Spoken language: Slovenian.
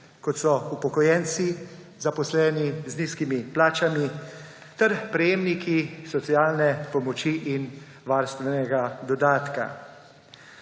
kot so upokojenci, zaposleni z nizkimi plačami ter prejemniki socialne pomoči in varstvenega dodatka.